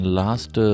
last